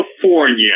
California